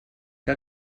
que